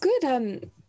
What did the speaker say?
good